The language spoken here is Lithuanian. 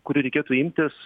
kurių reikėtų imtis